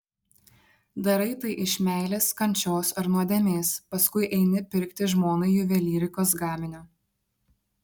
darai tai iš meilės kančios ar nuodėmės paskui eini pirkti žmonai juvelyrikos gaminio